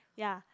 ya